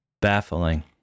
Baffling